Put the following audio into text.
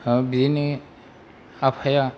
बिदिनो आफाया